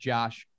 Josh